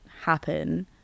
happen